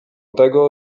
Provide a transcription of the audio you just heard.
tego